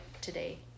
today